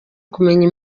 kumenya